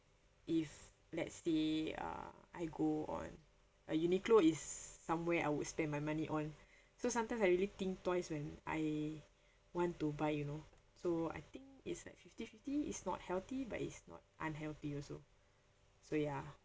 if let's say uh I go on uh Uniqlo is somewhere I would spend my money on so sometimes I really think twice when I want to buy you know so I think it's like fifty fifty it's not healthy but it's not unhealthy also so ya